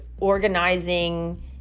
organizing